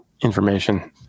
information